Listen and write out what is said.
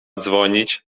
dzwonić